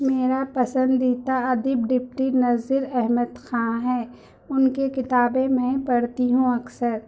میرا پسندیدہ ادیب ڈپٹی نظیر احمد خاں ہے ان کی کتابیں میں پڑھتی ہوں اکثر